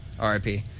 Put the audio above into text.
RIP